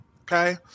Okay